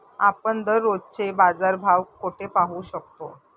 आपण दररोजचे बाजारभाव कोठे पाहू शकतो?